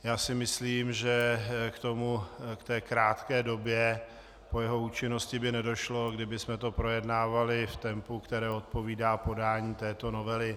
Já si myslím, že k tomu, k té krátké době jeho účinnosti, by nedošlo, kdybychom to projednávali v tempu, které odpovídá podání této novely.